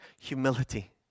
humility